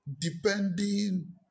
Depending